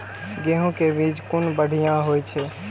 गैहू कै बीज कुन बढ़िया होय छै?